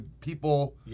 people